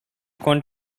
corn